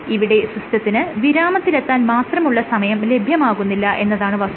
ഇവിടെ സിസ്റ്റത്തിന് വിരാമത്തിലെത്താൻ മാത്രമുള്ള സമയം ലഭ്യമാകുന്നില്ല എന്നതാണ് വസ്തുത